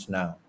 now